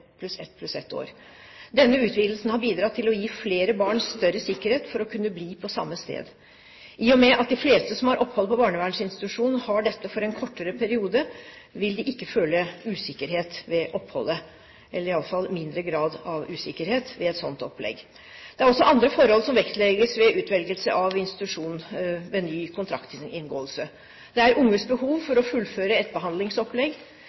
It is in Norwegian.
å gi flere barn større sikkerhet for å kunne bli på samme sted. I og med at de fleste som har opphold på barnevernsinstitusjon, har dette for en kortere periode, vil de ikke føle usikkerhet ved oppholdet, eller iallfall en mindre grad av usikkerhet ved et slikt opplegg. Det er også andre forhold som vektlegges ved utvelgelse av institusjon ved ny kontraktsinngåelse: Det er unges behov for å fullføre et behandlingsopplegg.